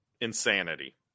insanity